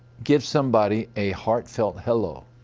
give somebody a heartfelt hello.